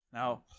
Now